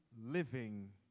living